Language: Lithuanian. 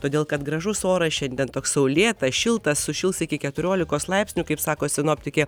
todėl kad gražus oras šiandien toks saulėta šilta sušils iki keturiolikos laipsnių kaip sako sinoptikė